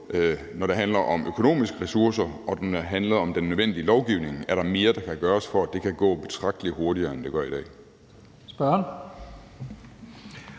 når det handler om økonomiske ressourcer, og når det handler om den nødvendige lovgivning, er der mere, der kan gøres, for at det kan gå betragtelig hurtigere, end det gør i dag.